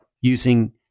using